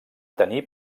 tenir